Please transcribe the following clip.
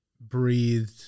breathed